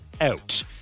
out